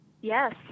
Yes